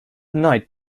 night